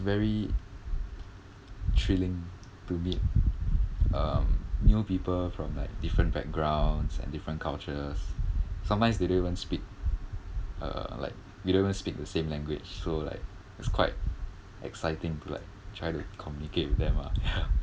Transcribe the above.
very thrilling to meet um new people from like different backgrounds and different cultures sometimes they don't even speak uh like they don't even speak the same language so like it's quite exciting to like try to communicate with them ah ya